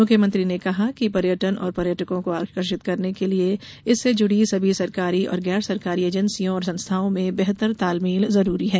मुख्यमंत्री ने कहा कि पर्यटन और पर्यटकों को आकर्षित करने के लिये इससे जुड़ी सभी सरकारी और गैर सरकारी एजेंसियों और संस्थाओं में बेहतर तालमेल जरूरी है